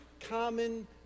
common